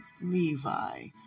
Levi